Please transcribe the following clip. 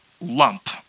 lump